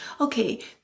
okay